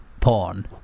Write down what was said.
porn